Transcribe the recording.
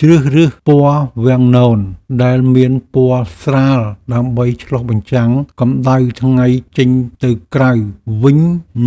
ជ្រើសរើសពណ៌វាំងននដែលមានពណ៌ស្រាលដើម្បីឆ្លុះបញ្ចាំងកម្តៅថ្ងៃចេញទៅក្រៅវិញ